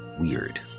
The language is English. weird